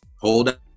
Hold